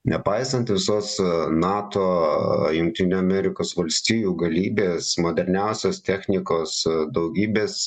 nepaisant visos nato jungtinių amerikos valstijų galybės moderniausios technikos daugybės